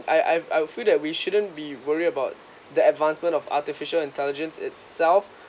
I I I feel that we shouldn't be worry about the advancement of artificial intelligence itself